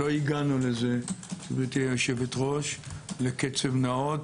לא הגענו לזה גברתי היושבת-ראש לקצב נאות